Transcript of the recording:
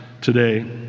Today